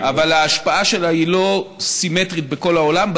אבל ההשפעה שלה היא לא סימטרית בכל העולם.